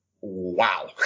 wow